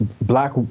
black